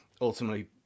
ultimately